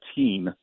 2015